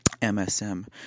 MSM